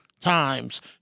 times